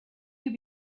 you